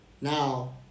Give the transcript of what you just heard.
Now